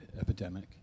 epidemic